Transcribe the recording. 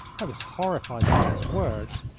i was horrified by his words,